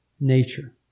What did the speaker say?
nature